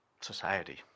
society